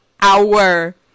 hour